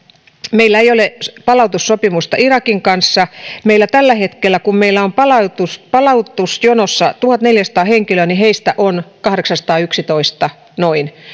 meillä ei ole palautussopimusta irakin kanssa tällä hetkellä kun meillä on palautusjonossa tuhatneljäsataa henkilöä niin heistä on kahdeksansataayksitoista